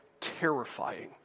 terrifying